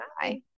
Bye